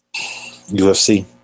UFC